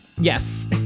Yes